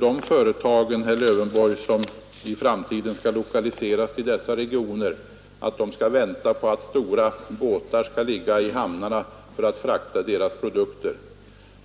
De företag som i framtiden skall lokaliseras till dessa regioner kommer inte att vara sådana att de skall vänta på att stora båtar ligger i hamnen för att frakta deras produkter.